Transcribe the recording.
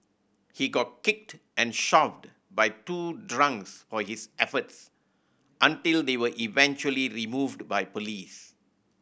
he got kicked and shoved by two drunks for his efforts until they were eventually removed by police